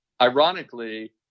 Ironically